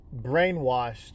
brainwashed